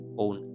own